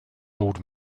old